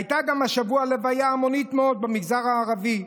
הייתה השבוע גם לוויה המונית מאוד במגזר הערבי.